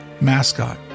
mascot